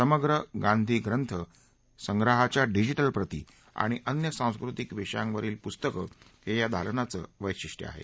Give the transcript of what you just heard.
समग्र गांधी ग्रंथ संग्रहाच्या डिजिटल प्रती आणि अन्य सांस्कृतिक विषयांवरील पुस्तके हे या दालनाचे वैशिष्टय आहे